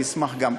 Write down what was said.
אני אשמח גם,